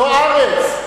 חברת הכנסת זוארץ,